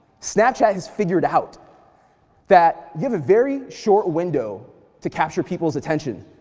snapchat has figured out that you have a very short window to capture people's attention